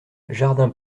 jardin